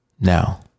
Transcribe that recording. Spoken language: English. Now